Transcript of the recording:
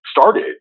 started